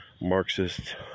Marxist